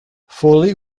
foley